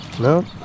No